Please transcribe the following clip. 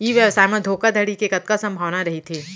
ई व्यवसाय म धोका धड़ी के कतका संभावना रहिथे?